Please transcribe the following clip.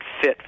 fit